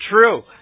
true